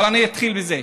אבל אני אתחיל בזה.